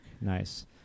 nice